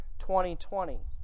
2020